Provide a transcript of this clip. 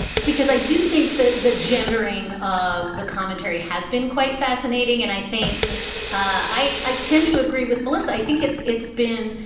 because i do think that the gendering of the commentary has been quite fascinating. and i think i i tend to agree with melissa. i think it's it's been,